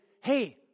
hey